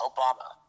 Obama